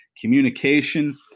communication